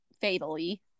fatally